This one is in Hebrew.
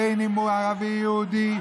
בין שהוא ערבי ובין שהוא יהודי,